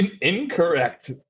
Incorrect